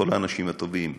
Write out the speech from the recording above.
כל האנשים הטובים,